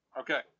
Okay